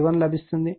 i1 లభిస్తుంది